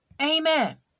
Amen